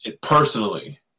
Personally